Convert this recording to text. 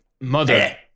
mother